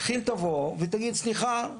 כיל תבוא ותגיד סליחה,